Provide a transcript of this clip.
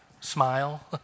smile